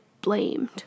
blamed